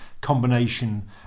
combination